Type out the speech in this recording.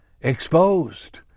exposed